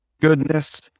goodness